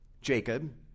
Jacob